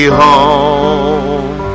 home